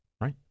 Right